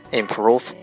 improve